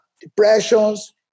depressions